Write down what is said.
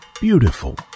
beautiful